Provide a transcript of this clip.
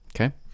Okay